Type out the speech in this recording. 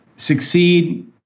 Succeed